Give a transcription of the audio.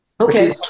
Okay